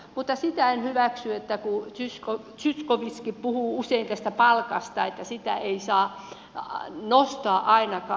mutta sitä en hyväksy kun zyskowiczkin puhuu usein tästä palkasta että sitä ei saa nostaa ainakaan